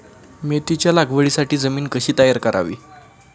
मेथीच्या लागवडीसाठी जमीन कशी तयार करावी?